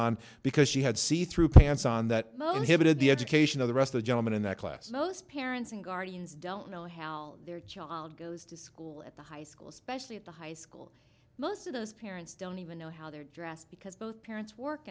on because she had see through pants on that mohit the education of the rest the gentleman in that class most parents and guardians don't know how their child goes to school at the high school especially at the high school most of those parents don't even know how they're dressed because both parents work